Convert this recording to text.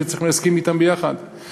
שצריך להסכים עליהם ביחד אתם,